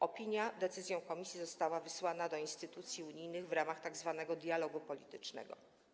Opinia, decyzją komisji, została wysłana do instytucji unijnych w ramach tzw. dialogu politycznego.